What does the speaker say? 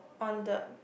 on the